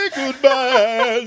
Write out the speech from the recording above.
goodbye